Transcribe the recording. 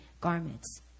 garments